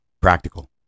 practical